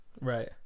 Right